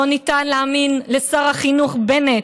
לא ניתן להאמין לשר החינוך בנט,